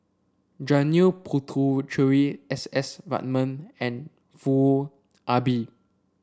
Janil Puthucheary S S Ratnam and Foo Ah Bee